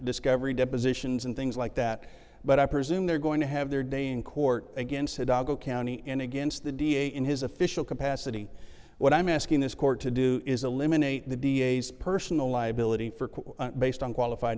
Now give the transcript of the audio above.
depositions and things like that but i presume they're going to have their day in court against the dago county and against the d a in his official capacity what i'm asking this court to do is eliminate the v a s personal liability for based on qualified